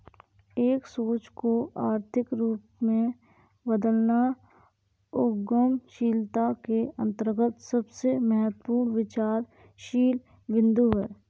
एक सोच को आर्थिक रूप में बदलना उद्यमशीलता के अंतर्गत सबसे महत्वपूर्ण विचारशील बिन्दु हैं